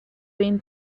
been